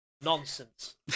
Nonsense